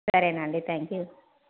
సరే అండి thank you